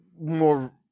more